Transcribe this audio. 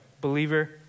believer